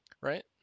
right